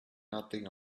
nothing